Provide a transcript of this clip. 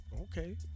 Okay